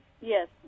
yes